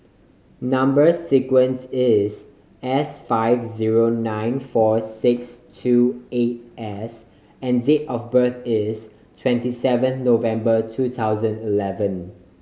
number sequence is S five zero nine four six two eight S and date of birth is twenty seven November two thousand eleven